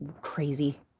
crazy